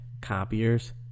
copiers